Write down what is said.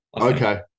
okay